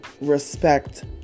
respect